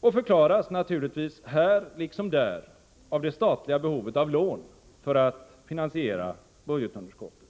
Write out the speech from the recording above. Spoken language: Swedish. och förklaras naturligtvis här liksom där av det statliga behovet av lån för att finansiera budgetunderskottet.